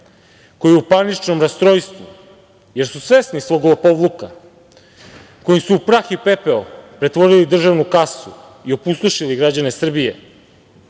koji u paničnom rastrojstvu, jer su svesni svog lopovluka kojim su u prah i pepeo pretvorili državnu kasu i opustošili građane Srbije,